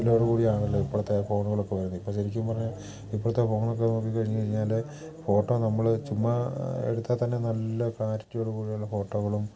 ഇതിലോട് കൂടിയാണല്ലോ ഇപ്പോഴത്തെ ഫോണുകളൊക്കെ വരുന്നത് ഇപ്പം ശരിക്കും പറഞ്ഞാൽ ഇപ്പോഴത്തെ ഫോണൊക്കെ നോക്കിക്കഴിഞ്ഞ് കഴിഞ്ഞാൽ ഫോട്ടോ നമ്മൾ ചുമ്മാ എടുത്താൽ തന്നെ നല്ല ക്ലാരിറ്റിയോട് കൂടിയുള്ള ഫോട്ടോകളും